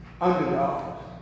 underdogs